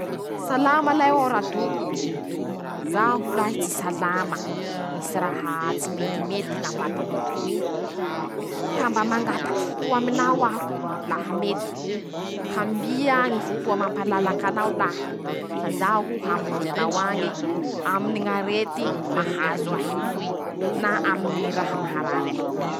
Salama lahy hoaho radoko. Zaho lahy tsy salama ,misy raha tsy metimety ñ'am-batako etoy ka mba mangataky fotoa aminao aho laha mety ?Ka mbia ñy fotoa mampalalaky anao lahy fa zaho hamonjy anao añy e?Aminy ñ'arety mahazo ahy toy na aminy ñy raha maharary ahy toy.